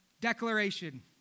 declaration